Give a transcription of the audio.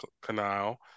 Canal